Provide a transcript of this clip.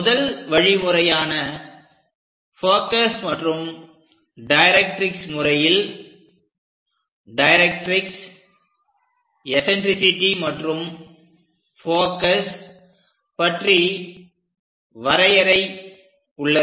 முதல் வழிமுறையான ஃபோகஸ் மற்றும் டைரக்ட்ரிக்ஸ் முறையில் டைரக்ட்ரிக்ஸ் எசன்ட்ரிசிட்டி மற்றும் ஃபோகஸ் பற்றி வரையறை உள்ளது